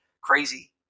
crazy